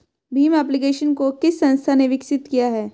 Bhim application को किस संस्था ने विकसित किया है?